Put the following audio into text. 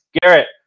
garrett